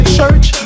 church